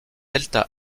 est